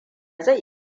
zai